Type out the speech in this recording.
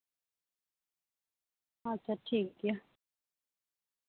ᱟᱪᱪᱷᱟ ᱴᱷᱤᱠ ᱜᱮᱭᱟ